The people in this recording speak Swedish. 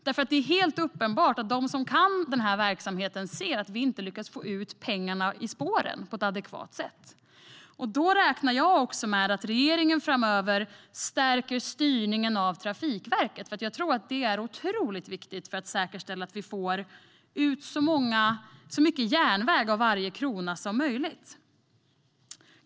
Det är helt uppenbart att de som kan verksamheten ser att pengarna inte kommer ut i spåren på ett adekvat sätt. Då räknar jag med att regeringen framöver stärker styrningen av Trafikverket. Det är otroligt viktigt för att säkerställa att vi får ut så mycket järnväg av varje krona som möjligt.